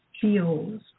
feels